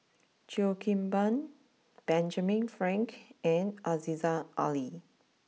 Cheo Kim Ban Benjamin Frank and Aziza Ali